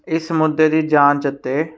ਇਸ ਮੁੱਦੇ ਦੀ ਜਾਂਚ ਅਤੇ